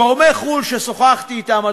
גורמי חו"ל ששוחחתי אתם,